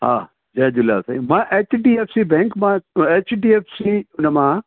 हा जय झूलेलाल साईं मां H D F C bank मां एच डी एफ सी हुन मां